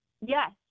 Yes